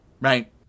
right